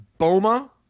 Boma